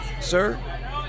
Sir